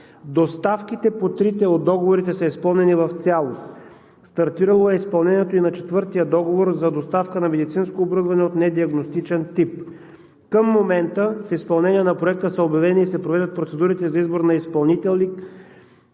Доставките по трите от договорите са изпълнени в цялост. Стартирало е изпълнението и на четвъртия договор – за доставка на медицинско оборудване от недиагностичен тип. Към момента в изпълнение на Проекта са обявени и се провеждат процедурите за избор на изпълнители